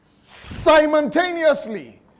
Simultaneously